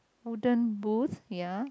wooden booth ya